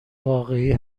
واقعی